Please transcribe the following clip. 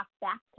back